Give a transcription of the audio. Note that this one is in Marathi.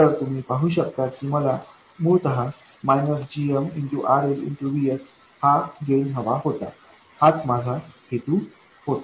तर तुम्ही पाहु शकता की मला मुळतः gmRLVS हा गेन हवा होता हाच माझा हेतू होता